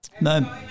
no